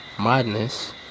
madness